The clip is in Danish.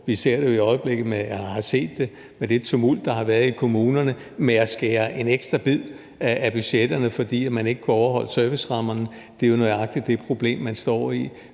Vi har jo set den tumult, der har været i kommunerne i forhold til at skære en ekstra bid af budgetterne, fordi man ikke kunne overholde servicerammerne. Det er jo nøjagtig det problem, man står i,